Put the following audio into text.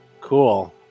Cool